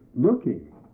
looking